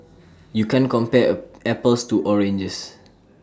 you can't compare apples to oranges